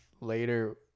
later